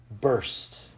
burst